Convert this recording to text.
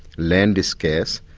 land is scarce,